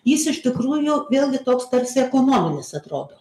jis iš tikrųjų vėlgi toks tarsi ekonominis atrodo